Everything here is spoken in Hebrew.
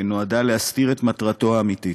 שנועדה להסתיר את מטרתו האמיתית,